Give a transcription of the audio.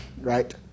Right